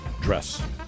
dress